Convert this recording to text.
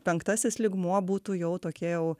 penktasis lygmuo būtų jau tokie jau